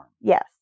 Yes